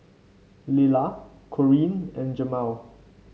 Lilla Corrine and Jamel